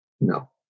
No